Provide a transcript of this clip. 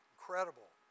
Incredible